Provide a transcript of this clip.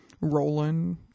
Roland